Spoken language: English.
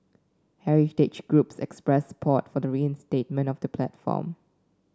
heritage groups expressed support for the reinstatement of the platform